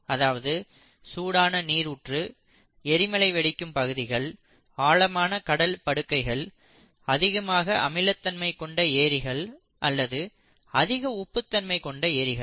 அதாவது சூடான நீரூற்று எரிமலை வெடிக்கும் பகுதிகள் ஆழமான கடல் படுக்கைகள் அதிகமாக அமிலத்தன்மை கொண்ட ஏரிகள் அல்லது அதிக உப்புத்தன்மை கொண்ட ஏரிகள்